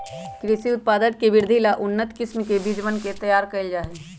कृषि उत्पाद के वृद्धि ला उन्नत किस्म के बीजवन के तैयार कइल जाहई